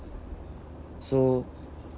so